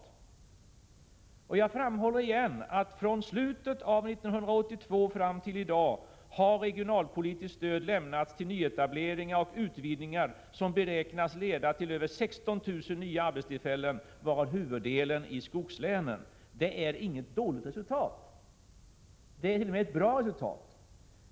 Jag vill återigen framhålla, att från slutet av 1982 fram till i dag har regionalpolitiskt stöd lämnats till nyetableringar och utvidgningar som beräknas leda till över 16 000 nya arbetstillfällen, varav huvuddelen i skogslänen. Det är inget dåligt resultat — det är t.o.m. ett bra resultat.